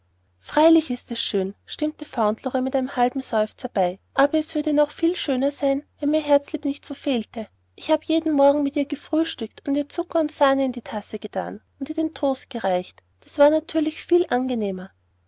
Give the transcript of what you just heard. freilich ist es schön stimmte fauntleroy mit einem halben seufzer bei aber es würde noch viel schöner sein wenn mir herzlieb nicht so fehlte ich habe jeden morgen mit ihr gefrühstückt und ihr zucker und sahne in die tasse gethan und ihr den toast gereicht das war natürlich viel angenehmer